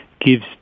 gives